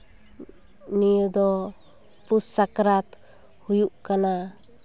ᱱᱤᱭᱟᱹ ᱫᱚ ᱯᱩᱥ ᱥᱟᱠᱨᱟᱛ ᱦᱩᱭᱩᱜ ᱠᱟᱱᱟ